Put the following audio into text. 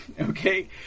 Okay